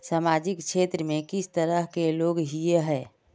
सामाजिक क्षेत्र में किस तरह के लोग हिये है?